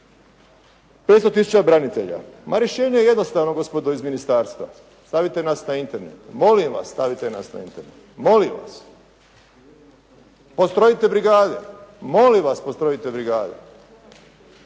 tisuća branitelja. Ma rješenje je jednostavno gospodo iz ministarstva, stavite nas na Internet, molim vas stavite nas na Internet, molim vas. Postrojite brigade, molim vas postrojite brigade.